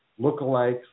lookalikes